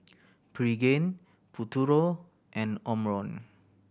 Pregain Futuro and Omron